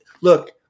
look